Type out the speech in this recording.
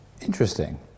Interesting